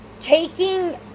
taking